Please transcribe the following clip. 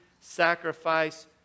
sacrifice